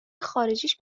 خارجیش